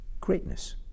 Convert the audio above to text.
greatness